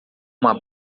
uma